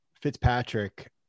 Fitzpatrick